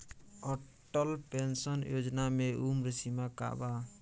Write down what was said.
Atal pension Yojana मे उम्र सीमा का बा?